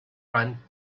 run